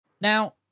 Now